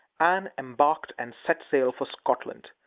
anne embarked and set sail for scotland.